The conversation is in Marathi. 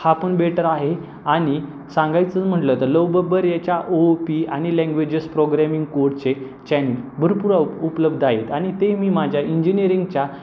हा पण बेटर आहे आणि सांगायचंच म्हणलं तर लव बब्बर याच्या ओ ओ पी आणि लँग्वेजेस प्रोग्रॅमिंग कोडचे चॅन भरपूर उप उपलब्ध आहेत आणि ते मी माझ्या इंजिनिअरिंगच्या